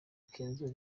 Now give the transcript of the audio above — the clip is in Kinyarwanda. kenzo